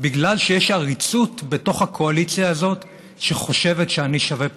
בגלל שיש עריצות בתוך הקואליציה הזאת שחושבת שאני שווה פחות.